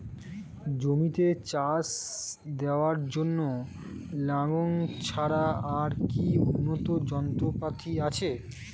জমিতে চাষ দেওয়ার জন্য লাঙ্গল ছাড়া আর কি উন্নত যন্ত্রপাতি আছে?